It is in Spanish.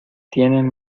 tienen